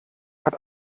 hat